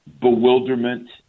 bewilderment